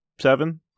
Seven